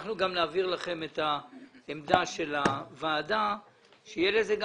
אנחנו גם נעביר לכם את העמדה של הוועדה שתהיה לזה גם